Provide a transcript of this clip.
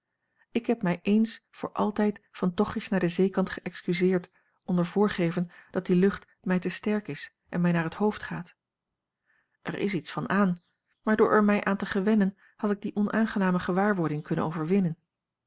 ik heb mij ééns voor altijd van tochtjes naar den zeekant geëxcuseerd onder voorgeven dat die lucht mij te sterk is en mij naar het hoofd gaat er is iets van aan maar door er mij aan te gewennen had ik die onaangename gewaarwording kunnen overwinnen